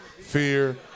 fear